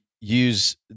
Use